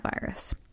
virus